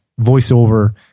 voiceover